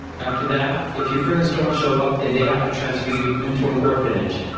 after that, if your parents don't show up then they have to transfer you into an orphanage.